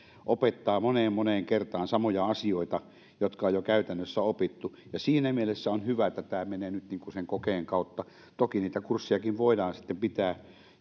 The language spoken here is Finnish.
opettaa moneen moneen kertaan samoja asioita jotka on jo käytännössä opittu siinä mielessä on hyvä että tämä menee nyt sen kokeen kautta toki niitä kurssejakin voidaan sitten pitää